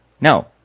No